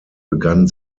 begann